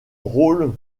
rôle